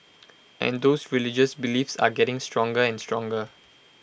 and those religious beliefs are getting stronger and stronger